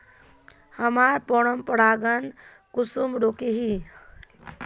हमार पोरपरागण कुंसम रोकीई?